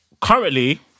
currently